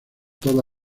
toda